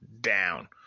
Down